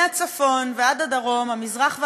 מהצפון ועד הדרום, המזרח והמערב,